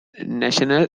national